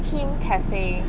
themed cafe